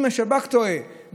אם השב"כ טועה,